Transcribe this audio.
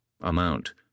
Amount